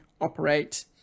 operate